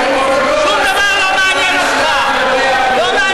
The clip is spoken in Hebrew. אתה מעוניין למחוק את תורת ישראל, שום דבר אחר לא.